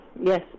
yes